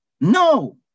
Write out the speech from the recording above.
No